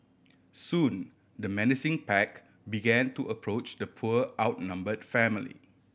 soon the menacing pack began to approach the poor outnumbered family